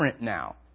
now